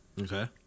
okay